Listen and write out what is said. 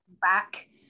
Back